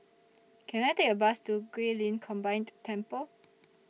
Can I Take A Bus to Guilin Combined Temple